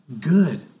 good